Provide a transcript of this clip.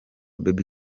bebe